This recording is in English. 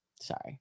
Sorry